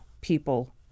people